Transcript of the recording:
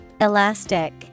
Elastic